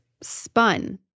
spun